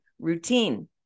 routine